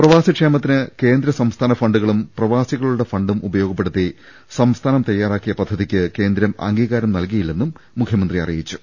പ്രവാസി ക്ഷേമത്തിന് കേന്ദ്ര സംസ്ഥാന ഫണ്ടുകളും പ്രവാസിക ളുടെ ഫണ്ടും ഉപയോഗപ്പെടുത്തി സംസ്ഥാനം തയാറാക്കിയ പദ്ധ തിക്ക് കേന്ദ്രം അംഗീകാരം നൽകിയില്ലെന്നും മുഖ്യമന്ത്രി അറിയി ച്ചു